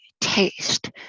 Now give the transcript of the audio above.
taste